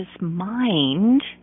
mind